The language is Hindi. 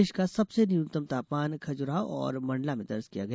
प्रदेश का सबसे न्यनतम तापमान खजुराहो और मंडला में दर्ज किया गया